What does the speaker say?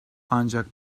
ancak